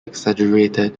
exaggerated